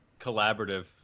collaborative